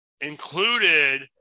included